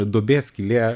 duobė skylė